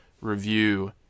review